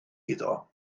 iddo